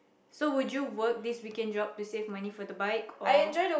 so would you work this weekend job to save money for the bike or